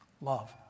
love